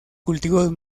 cultivos